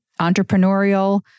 entrepreneurial